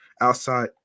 outside